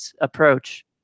approach